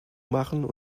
machen